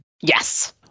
Yes